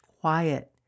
quiet